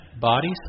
bodies